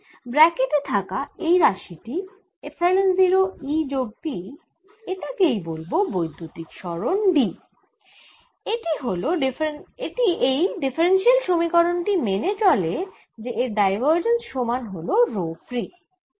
bracket এ থাকা এই রাশি টি এপসাইলন 0 E যোগ P এটাকে বলবো বৈদ্যুতিক সরণ D এটি এই ডিফারেনশিয়াল সমীকরণ টি মেনে চলে যে এর ডাইভার্জেন্স সমান হল রো free